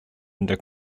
under